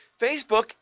Facebook